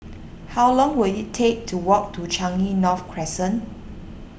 how long will it take to walk to Changi North Crescent